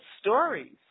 stories